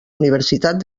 universitat